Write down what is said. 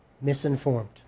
misinformed